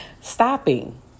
stopping